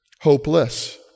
hopeless